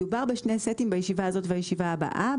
מדובר בשני סטים בישיבה הזאת ובישיבה הבאה.